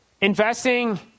Investing